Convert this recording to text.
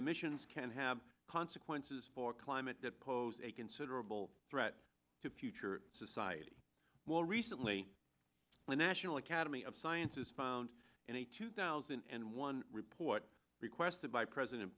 emissions can have consequences for climate that pose a considerable threat to future society while recently a national academy of sciences found in a two thousand and one report requested by president